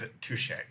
Touche